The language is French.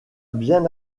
bien